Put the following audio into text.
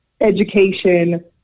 education